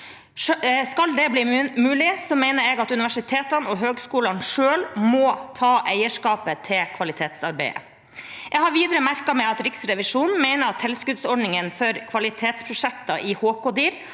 Skal det bli mulig, mener jeg at universitetene og høyskolene selv må ta eierskapet til kvalitetsarbeidet. Jeg har videre merket meg at Riksrevisjonen mener at tilskuddsordningene for kvalitetsprosjekter i HK-dir